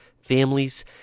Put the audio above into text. families